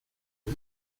vez